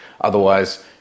otherwise